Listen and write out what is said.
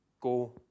go